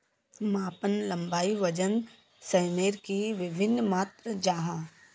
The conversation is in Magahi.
मापन लंबाई वजन सयमेर की वि भिन्न मात्र जाहा?